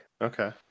Okay